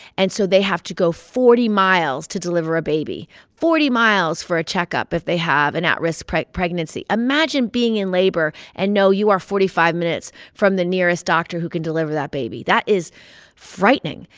and so they have to go forty miles to deliver a baby, forty miles for a checkup if they have an at-risk pregnancy. imagine being in labor and know you are forty five minutes from the nearest doctor who can deliver that baby. that is frightening.